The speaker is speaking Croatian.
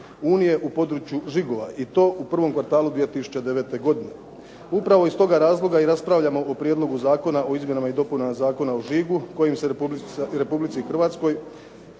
Unije u području žigova i to u prvom kvartalu 2009. godine. Upravo iz toga razloga i raspravljamo o Prijedlogu zakona o izmjenama i dopunama Zakona o žigu kojim se Republici Hrvatskoj